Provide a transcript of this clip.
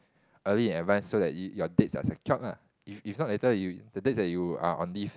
early in advance so that your your dates are secured lah if if not later you the dates that you're on leave